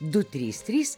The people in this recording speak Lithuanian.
du trys trys